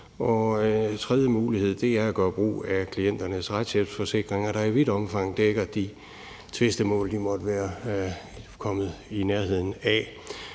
en tredje mulighed er at gøre brug af klienternes retshjælpsforsikringer, der i vidt omfang dækker de tvistemål, de måtte være kommet i nærheden af.